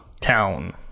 town